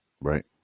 Right